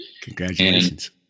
Congratulations